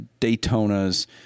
Daytonas